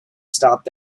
stopped